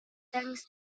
thanks